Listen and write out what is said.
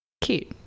Cute